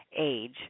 Age